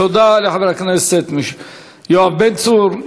תודה לחבר הכנסת יואב בן צור.